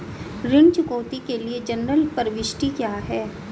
ऋण चुकौती के लिए जनरल प्रविष्टि क्या है?